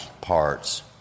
parts